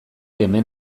hemen